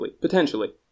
potentially